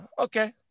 okay